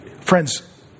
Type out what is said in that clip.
Friends